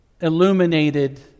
illuminated